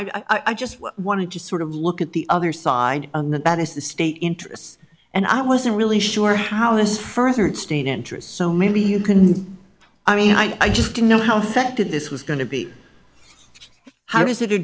not i just wanted to sort of look at the other side on that that is the state interests and i wasn't really sure how this furthered state interest so maybe you can i mean i just don't know how effective this was going to be how does